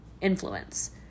influence